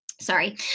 Sorry